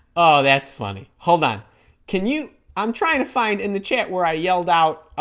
oh that's funny hold on can you i'm trying to find in the chat where i yelled out